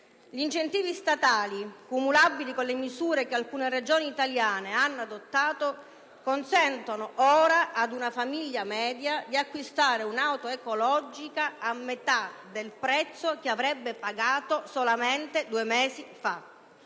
Gli incentivi statali cumulabili con le misure che alcune Regioni italiane hanno adottato, consentono ora ad una famiglia media di acquistare un'auto ecologica a metà del prezzo che avrebbe pagato solamente due mesi fa.